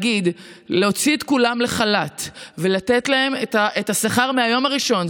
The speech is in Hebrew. להוציא את כולם לחל"ת ולתת להם את השכר מהיום הראשון,